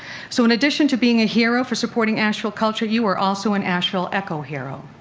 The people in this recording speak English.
so, in addition to being a hero for supporting asheville culture, you are also an asheville ecohero.